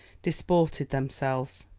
disported themselves.